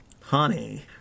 Honey